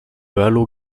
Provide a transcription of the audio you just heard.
halo